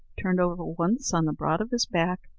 turned over once on the broad of his back,